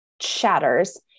shatters